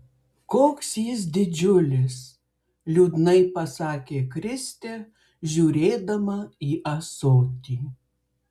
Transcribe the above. koks jis didžiulis liūdnai pasakė kristė žiūrėdama į ąsotį